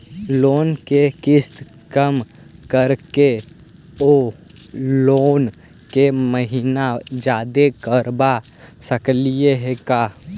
Loan के किस्त कम कराके औ लोन के महिना जादे करबा सकली हे का?